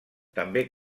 també